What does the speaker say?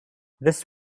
this